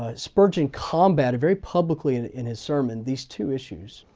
ah spurgeon combatted very publicly and in his sermon these two issues.